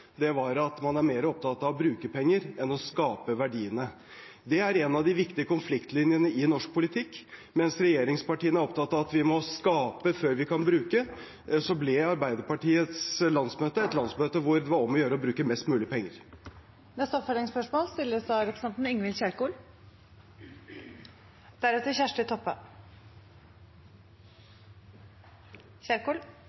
var at man er mer opptatt av å bruke penger enn av å skape verdiene. Det er en av de viktige konfliktlinjene i norsk politikk. Mens regjeringspartiene er opptatt av at vi må skape før vi kan bruke, ble Arbeiderpartiets landsmøte et landsmøte hvor det var om å gjøre å bruke mest mulig penger. Det blir oppfølgingsspørsmål – først Ingvild Kjerkol.